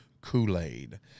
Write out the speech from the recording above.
Kool-Aid